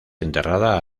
enterrada